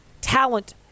talent